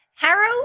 Harrow